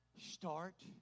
Start